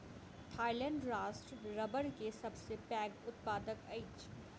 Thailand राष्ट्र रबड़ के सबसे पैघ उत्पादक अछि